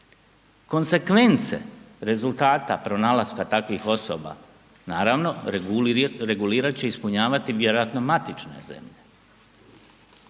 Konzekvence rezultata pronalaska takvih osoba naravno regulirat će i ispunjavati vjerojatno matične zemlje